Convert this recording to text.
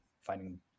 finding